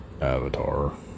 avatar